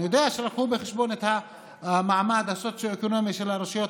אני יודע שהביאו בחשבון את המעמד הסוציו-אקונומי של הרשויות,